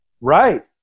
right